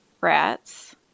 rats